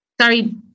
sorry